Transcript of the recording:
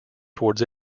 towards